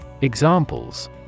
Examples